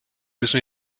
müssen